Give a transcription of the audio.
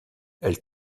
elle